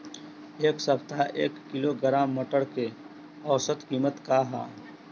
एक सप्ताह एक किलोग्राम मटर के औसत कीमत का ह?